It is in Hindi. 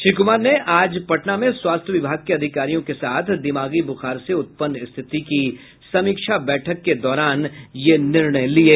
श्री कुमार ने आज पटना में स्वास्थ्य विभाग के अधिकारियों के साथ दिमागी बुखार से उत्पन्न स्थिति की बैठक के दौरान ये निर्णय लिये